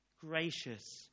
gracious